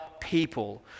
people